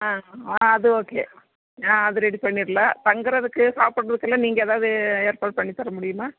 ஆ ஆ அது ஓகே ஆ அது ரெடி பண்ணிடல தங்குறதுக்கு சாப்புடுறதுக்கெல்லாம் நீங்கள் ஏதாவது ஏற்பாடு பண்ணி தர முடியுமா